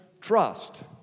trust